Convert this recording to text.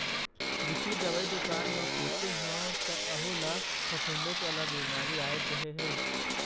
कृषि दवई दुकान म पूछे हव त वहूँ ल फफूंदेच वाला बिमारी आय कहे हे